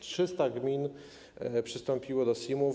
300 gmin przystąpiło do SIM-ów.